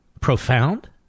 profound